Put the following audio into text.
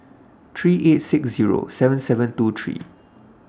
three eight six Zero seven seven two three